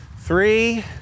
three